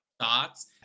thoughts